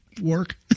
work